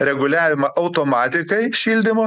reguliavimą automatikai šildymo